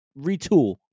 retool